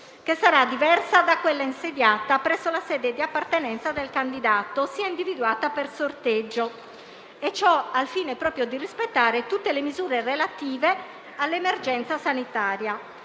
che sarà diversa da quella insediata presso la sede di appartenenza del candidato, ossia individuata per sorteggio e ciò al fine proprio di rispettare tutte le misure relative all'emergenza sanitaria.